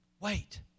wait